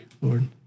Lord